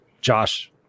josh